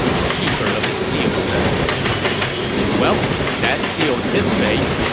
the keeper of the seal said well, that sealed his fate.